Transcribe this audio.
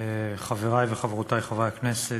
תודה רבה, חברי וחברותי חברי הכנסת,